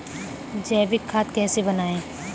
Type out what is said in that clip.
जैविक खाद कैसे बनाएँ?